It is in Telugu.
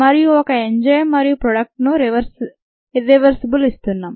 మరియు ఒక ఎంజైమ్ మరియు ప్రోడక్ట్ను ఇర్రివర్సిబ్లి ఇస్తున్నాం